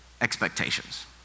expectations